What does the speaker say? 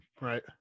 right